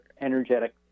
energetic